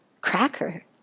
cracker